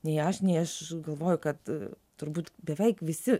nei aš nei aš galvoju kad turbūt beveik visi